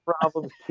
problems